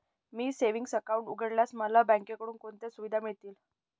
मी savings account उघडल्यास मला बँकेकडून कोणत्या सुविधा मिळतील?